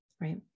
right